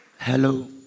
Hello